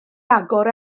agor